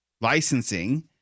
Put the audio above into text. licensing